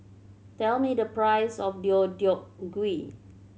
tell me the price of Deodeok Gui